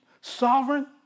sovereign